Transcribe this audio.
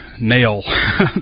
nail